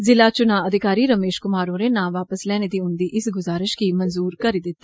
जिला चुनां अधिकारी रमेश कुमार होरें नां वापस लैने दी उंदी इस गुजारिश गी मंजूरी करी लैता